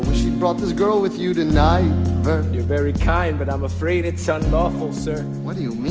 she brought this girl with you tonight. you're very kind, but i'm afraid it's unlawful, sir. what do you mean?